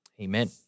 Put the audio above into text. Amen